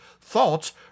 thoughts